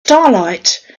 starlight